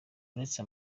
uretse